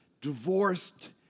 divorced